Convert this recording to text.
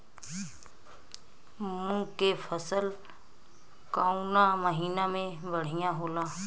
मुँग के फसल कउना महिना में बढ़ियां होला?